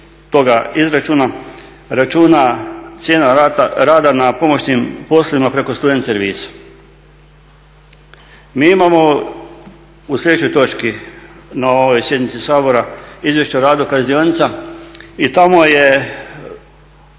toga izračuna računa cijena rada na pomoćnim poslovima preko student servisa. Mi imamo u sljedećoj točki na ovoj sjednici Sabora Izvješće o radu kaznionica. I tamo je